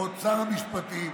לפחות שר המשפטים.